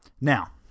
Now